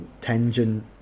tangent